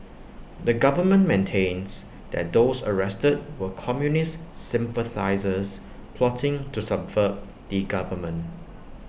the government maintains that those arrested were communist sympathisers plotting to subvert the government